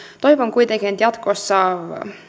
toivon kuitenkin että jatkossa